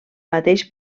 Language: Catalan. mateix